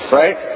right